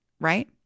Right